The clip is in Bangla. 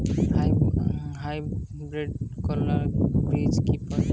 হাইব্রিড করলার বীজ কি পাওয়া যায়?